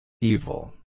Evil